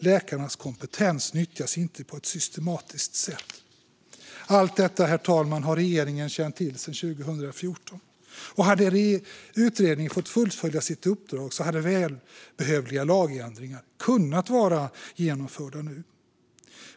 Läkarnas kompetens nyttjas inte på ett systematiskt sätt. Herr talman! Allt detta har regeringen känt till sedan 2014, och hade utredningen fått fullfölja sitt uppdrag hade behövliga lagändringar kunnat vara genomförda nu.